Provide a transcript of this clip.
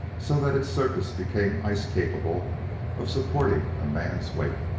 so that its surface became ice capable of supporting a man's weight.